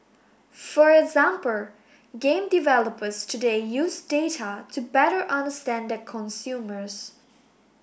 for example game developers today use data to better understand their consumers